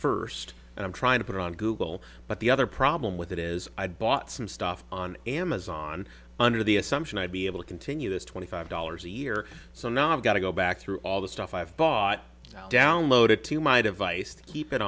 first and i'm trying to put it on google but the other problem with it is i bought some stuff on amazon under the assumption i'd be able to continue this twenty five dollars a year so now i've got to go back through all the stuff i've bought downloaded to my device to keep it